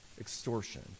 extortion